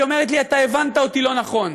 היא אומרת לי: אתה הבנת אותי לא נכון.